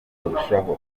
kurushaho